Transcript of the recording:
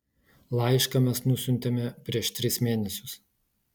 laišką mes nusiuntėme prieš tris mėnesius